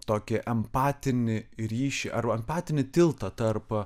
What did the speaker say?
tokį empatinį ryšį arba empatinį tiltą tarp